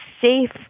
safe